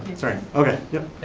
sorry, okay, yep.